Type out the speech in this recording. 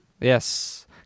Yes